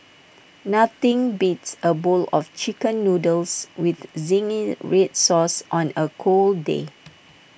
nothing beats A bowl of Chicken Noodles with Zingy Red Sauce on A cold day